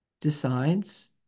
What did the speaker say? decides